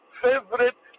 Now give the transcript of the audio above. favorite